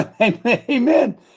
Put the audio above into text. Amen